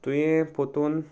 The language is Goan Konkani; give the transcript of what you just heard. तुवें परतून